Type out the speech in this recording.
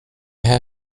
här